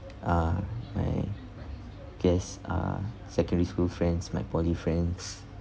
uh I guess are secondary school friends my poly friends